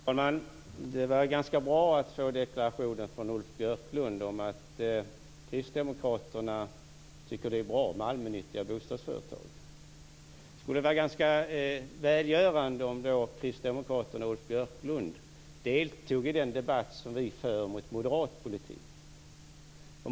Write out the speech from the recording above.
Fru talman! Det var ganska bra att få en deklaration från Ulf Björklund om att kristdemokraterna tycker att det är bra med allmännyttiga bostadsföretag. Det skulle då vara ganska välgörande om kristdemokraterna och Ulf Björklund deltog i den debatt som vi för mot moderat politik.